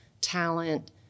talent